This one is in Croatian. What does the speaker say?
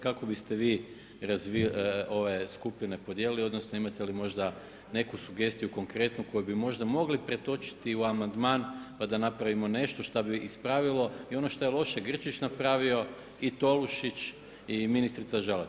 Kako biste vi ove skupine podijelili, odnosno imate li možda neku sugestiju konkretnu koju bi možda mogli pretočiti u amandman, pa da napravimo nešto što bi ispravilo i ono što je Grčić napravio i Tolušić i ministrica Žalac.